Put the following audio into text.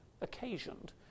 occasioned